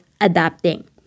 adapting